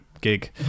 gig